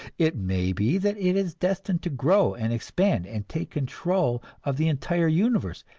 it may be that it is destined to grow and expand and take control of the entire universe,